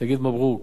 תגיד מברוכ.